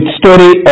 story